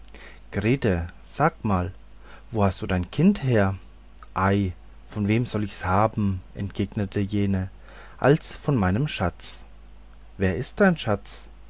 grete sag mal wo hast du dein kind her ei von wem soll ich's haben entgegnete jene als von meinem schatz wer ist dein schatz